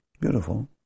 Beautiful